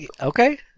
Okay